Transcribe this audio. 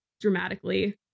dramatically